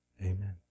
Amen